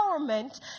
empowerment